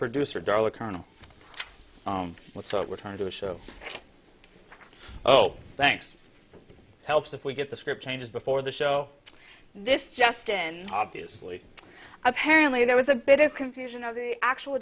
producer darla kernel so we're trying to show oh thanks helps if we get the script changes before the show this just in obviously apparently there was a bit of confusion of the actual